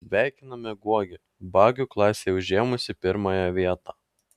sveikiname guogį bagių klasėje užėmusį pirmąją vietą